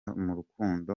n’urukundo